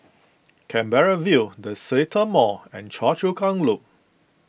Canberra View the Seletar Mall and Choa Chu Kang Loop